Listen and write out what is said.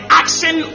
action